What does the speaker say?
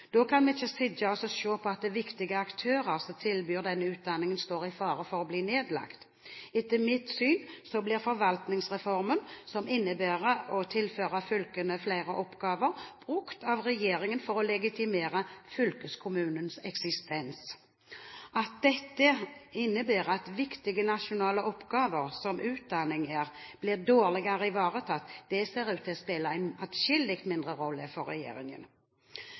Da kan vi ikke sitte og se på at viktige aktører som tilbyr denne utdanningen, står i fare for å bli nedlagt. Etter mitt syn blir Forvaltningsreformen, som tilfører fylkene flere oppgaver, brukt av regjeringen for å legitimere fylkeskommunenes eksistens. At dette innebærer at viktige nasjonale oppgaver, som utdanning er, blir dårligere ivaretatt, ser ut til å spille en atskillig mindre rolle for regjeringen.